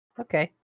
Okay